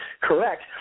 correct